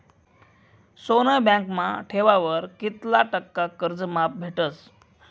सोनं बँकमा ठेवावर कित्ला टक्का कर्ज माफ भेटस?